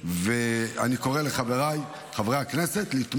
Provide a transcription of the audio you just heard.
אני רוצה להודות לידידי היקר חבר הכנסת משה פסל,